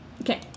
Okay